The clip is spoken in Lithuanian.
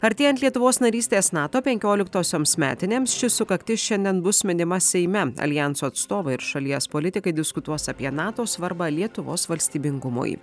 artėjant lietuvos narystės nato penkioliktosioms metinėms ši sukaktis šiandien bus minima seime aljanso atstovai ir šalies politikai diskutuos apie nato svarbą lietuvos valstybingumui